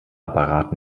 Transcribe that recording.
apparat